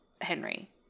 Henry